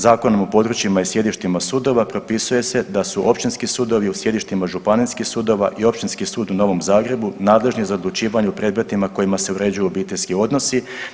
Zakonom o područjima i sjedištima sudova propisuje se da su općinski sudovi u sjedištima županijskih sudova i Općinski sud u Novom Zagrebu nadležni za odlučivanje u predmetima kojima se uređuju obiteljski odnosi.